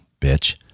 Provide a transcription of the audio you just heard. bitch